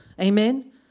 Amen